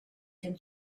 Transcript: can